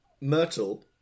Myrtle